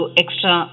extra